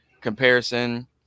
comparison